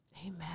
Amen